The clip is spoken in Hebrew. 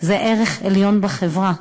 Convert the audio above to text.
זה ערך עליון בחברה,